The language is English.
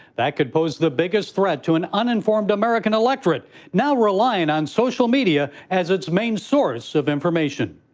that could pose the biggest threat to an uninformed american electric now relying on social media as its main source of information.